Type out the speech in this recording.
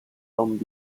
long